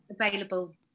available